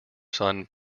son